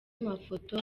mafoto